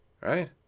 right